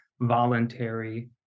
voluntary